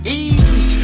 easy